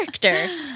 character